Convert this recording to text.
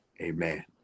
Amen